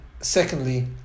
secondly